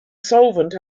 solvent